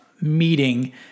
meeting